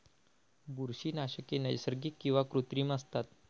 बुरशीनाशके नैसर्गिक किंवा कृत्रिम असतात